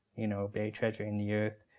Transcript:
you know buried treasure in the earth.